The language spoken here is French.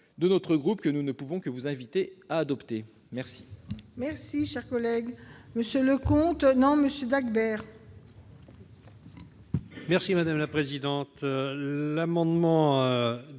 de notre groupe, que nous ne pouvons que vous inviter à adopter. La